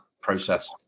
process